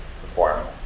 perform